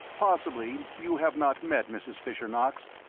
possibly you have not met mrs. fisher, knox,